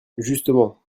justement